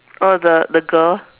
oh the the girl